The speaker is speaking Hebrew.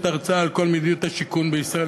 הרצאה על כל מדיניות השיכון בישראל.